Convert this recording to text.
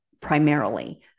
primarily